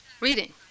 reading